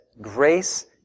grace